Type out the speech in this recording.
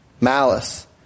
malice